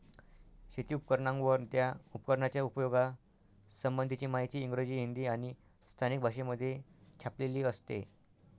शेती उपकरणांवर, त्या उपकरणाच्या उपयोगा संबंधीची माहिती इंग्रजी, हिंदी आणि स्थानिक भाषेमध्ये छापलेली असते